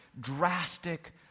drastic